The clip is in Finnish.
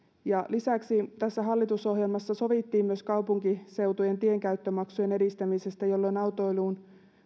lisäksi tässä hallitusohjelmassa sovittiin myös kaupunkiseutujen tienkäyttömaksujen edistämisestä jolloin autoiluun